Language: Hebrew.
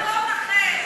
במקום אחר,